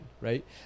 right